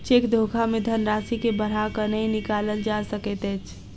cheque धोखा मे धन राशि के बढ़ा क नै निकालल जा सकैत अछि